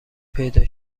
پیدا